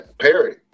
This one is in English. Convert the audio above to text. Perry